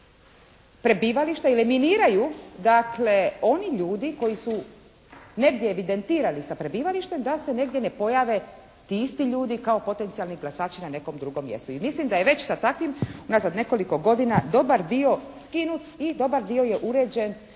prebivališta, eliminiraju oni ljudi koji su negdje evidentirani sa prebivalištem da se negdje ne pojave ti isti ljudi kao potencijalni glasači na nekom drugom mjestu. I mislim da je već sa takvim unazad nekoliko godina dobar dio skinut i dobar dio je uređen.